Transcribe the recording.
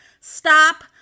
stop